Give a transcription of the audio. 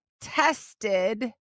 tested